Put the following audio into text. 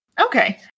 Okay